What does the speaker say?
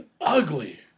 ugly